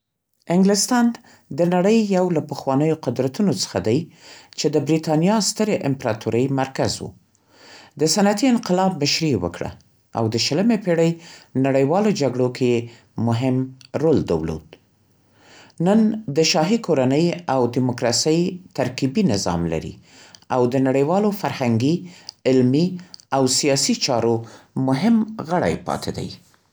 انګلستان د نړۍ یو له پخوانیو قدرتونو څخه دی، چې د بریتانیا سترې امپراتورۍ مرکز و. د صنعتي انقلاب مشري یې وکړه، او د ۲۰مې پېړۍ نړیوالو جګړو کې یې مهم رول درلود. نن د شاهي کورنۍ او دیموکراسۍ ترکیبي نظام لري، او د نړیوالو فرهنګي، علمي او سیاسي چارو مهم غړی پاتې دی.